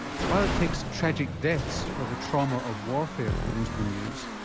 but while it takes tragic deaths for the trauma of warfare to get into the news,